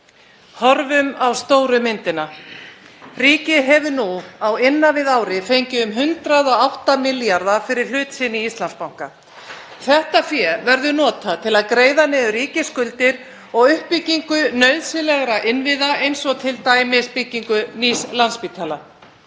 Horfum á stóru myndina. Ríkið hefur nú á innan við ári fengið um 108 milljarða fyrir hlut sinn í Íslandsbanka. Það fé verður notað til að greiða niður ríkisskuldir og uppbyggingu nauðsynlegra innviða eins og t.d. byggingu nýs Landspítala.